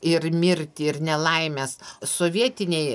ir mirtį ir nelaimes sovietinėj